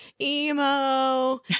emo